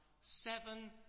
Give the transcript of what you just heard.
seven